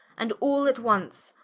and all at once,